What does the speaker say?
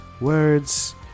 words